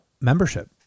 membership